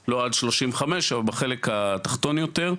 בחלק התחתון יותר.